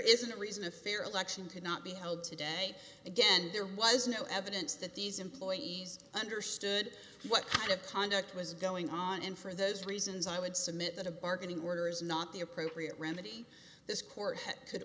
isn't reason a fair election to not be held today again there was no evidence that these employees understood what kind of conduct was going on and for those reasons i would submit that a bargain in order is not the appropriate remedy this court could